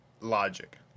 logic